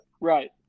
right